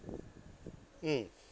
mm